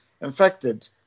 infected